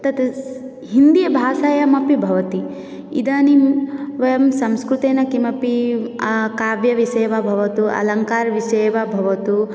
ततस् हिन्दीभासायाम् अपि भवति इदानीं वयं संस्कृतेन किमपि काव्यविषये वा भवतु अलङ्कारविषये वा भवतु